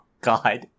God